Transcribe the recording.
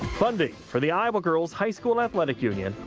funding for the iowa girls high school athletic union,